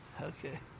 Okay